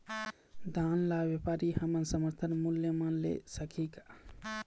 धान ला व्यापारी हमन समर्थन मूल्य म ले सकही का?